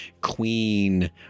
queen